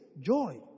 joy